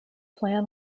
plan